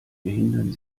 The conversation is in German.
behindern